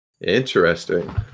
Interesting